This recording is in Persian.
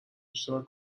اشتراک